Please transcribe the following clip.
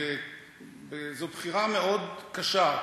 זו בחירה מאוד קשה,